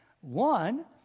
One